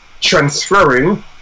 transferring